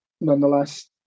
nonetheless